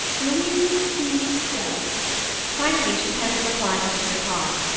louise e. derrick finally she penned a reply to mr. cobb,